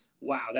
wow